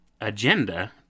agenda